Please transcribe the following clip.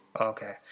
Okay